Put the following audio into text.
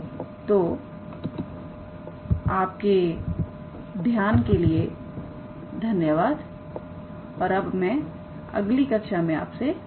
तोआपके ध्यान के लिए धन्यवाद और मैं अब अगली कक्षा में आपसे मिलूंगी